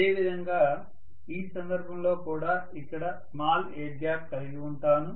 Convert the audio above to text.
అదే విధంగా ఈ సందర్భంలో కూడా ఇక్కడ స్మాల్ ఎయిర్ గ్యాప్ కలిగి ఉంటాను